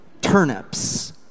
turnips